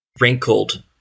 wrinkled